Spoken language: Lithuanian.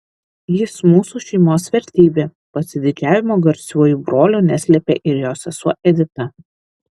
jis mūsų šeimos vertybė pasididžiavimo garsiuoju broliu neslėpė ir jo sesuo edita